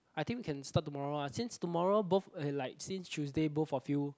I think we can start tomorrow ah since tomorrow both uh like since Tuesday both of you